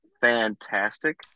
fantastic